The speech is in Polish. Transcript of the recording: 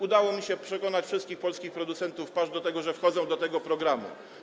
Udało mi się przekonać wszystkich polskich producentów pasz do tego, żeby weszli do tego programu.